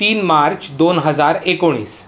तीन मार्च दोन हजार एकोणीस